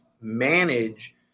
manage